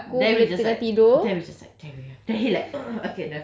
ya lor then we just like then we just like diarrhoea